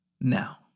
now